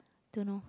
don't know